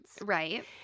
Right